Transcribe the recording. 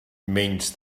menys